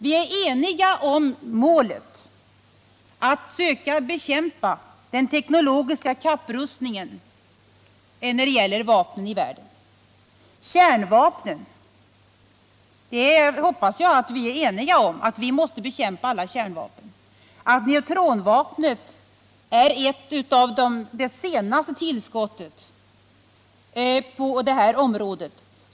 Vi är eniga om att söka bekämpa den teknologiska kapprustningen i världen när det gäller vapen. Jag hoppas att vi är eniga om att vi måste bekämpa alla kärnvapen. Neutronvapnet är ett av de senaste tillskotten på det här området.